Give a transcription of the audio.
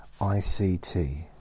ICT